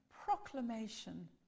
proclamation